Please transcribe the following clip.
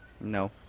No